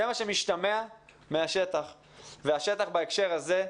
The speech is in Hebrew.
זה מה שמשתמע מהשטח והשטח בהקשר הזה,